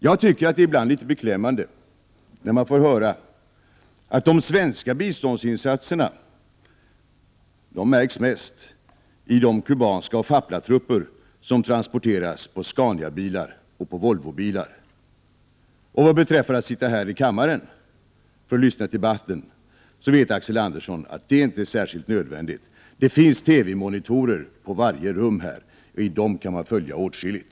Jag tycker att det ibland är litet beklämmande att få höra att de svenska biståndsinsatserna märks mest i de kubanska trupper och i de Faplatrupper som transporteras på Scaniabilar och Volvobilar. Beträffande det som Axel Andersson sade om att sitta här i kammaren för att lyssna på debatten, vill jag säga att Axel Andersson vet att det inte är särskilt nödvändigt. Det finns TV-monitorer på varje rum, och på dem kan man följa åtskilligt.